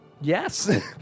Yes